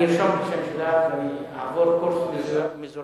אני ארשום את השם שלה, ואני אעבור קורס מזורז,